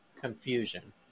confusion